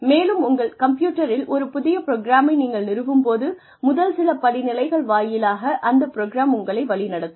மேலும் உங்கள் கம்ப்யூட்டரில் ஒரு புதிய புரோகிராமை நீங்கள் நிறுவும் போது முதல் சில படிநிலைகள் வாயிலாக அந்த புரோகிராம் உங்களை வழிநடத்தும்